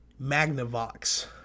Magnavox